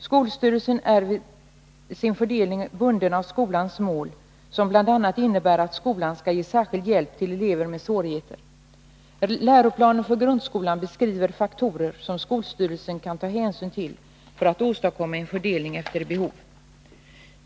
Skolstyrelsen är vid sin fördelning bunden av skolans mål som bl.a. innebär att skolan skall ge särskild hjälp till elever med svårigheter. Läroplanen för grundskolan beskriver faktorer som skolstyrelsen kan ta hänsyn till för att åstadkomma en fördelning efter behov.